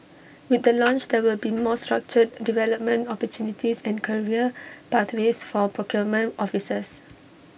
with the launch there will be more structured development opportunities and career pathways for procurement officers